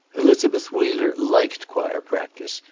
elizabeth wheeler liked choir practice.